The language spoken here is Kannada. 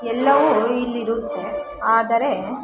ಎಲ್ಲವು ಇಲ್ಲಿರುತ್ತೆ ಆದರೆ